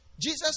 Jesus